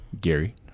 Gary